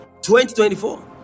2024